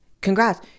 congrats